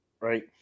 right